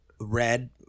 Red